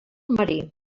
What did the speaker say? marí